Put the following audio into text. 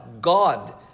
God